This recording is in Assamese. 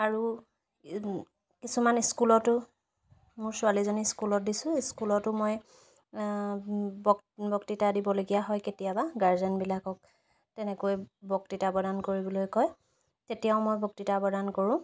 আৰু কিছুমান স্কুলতো মোৰ ছোৱালিজনী স্কুলত দিছো স্কুলতো মই বক বক্তিতা দিবলগীয়া হয় কেতিয়বাা গাৰ্জেনবিলাকক তেনেকৈ বক্তিতা প্ৰদান কৰিবলৈ কয় তেতিয়াও মই বক্তিতা প্ৰদান কৰোঁ